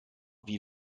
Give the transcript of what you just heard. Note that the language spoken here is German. wie